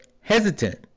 hesitant